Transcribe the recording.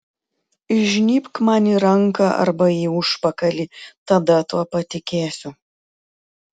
įžnybk man į ranką arba į užpakalį tada tuo patikėsiu